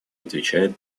отвечает